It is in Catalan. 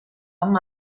amb